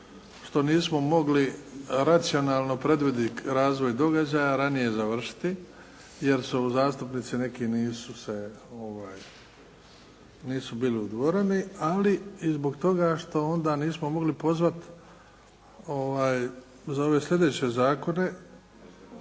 što nismo mogli racionalno predvidjeti razvoj događaja ranije završiti, jer su zastupnici neki nisu se, nisu bili u dvorani, ali i zbog toga što onda nismo mogli pozvati za ove slijedeće zakone,